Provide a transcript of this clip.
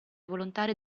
volontari